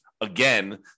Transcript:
again